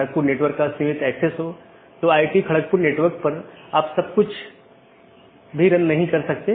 इसलिए इसमें केवल स्थानीय ट्रैफ़िक होता है कोई ट्रांज़िट ट्रैफ़िक नहीं है